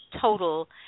total